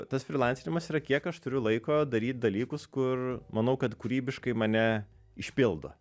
tas frilancinimas yra kiek aš turiu laiko daryt dalykus kur manau kad kūrybiškai mane išpildo